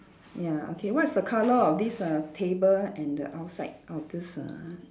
ya okay what's the colour of this uh table and the outside of this uh